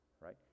right